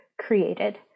created